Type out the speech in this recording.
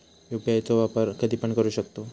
UPI चो वापर कधीपण करू शकतव?